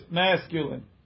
masculine